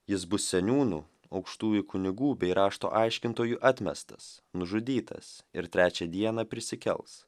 jis bus seniūnų aukštųjų kunigų bei rašto aiškintojų atmestas nužudytas ir trečią dieną prisikels